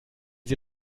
sie